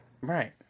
Right